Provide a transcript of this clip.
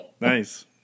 Nice